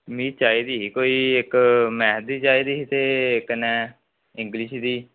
मि चाही दी ही कोई इक मैथ दी चाही दी ते कन्नै इंगलिश दी